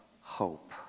hope